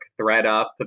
ThreadUp